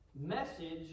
message